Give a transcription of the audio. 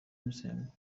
ubusembwa